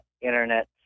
Internet